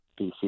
BC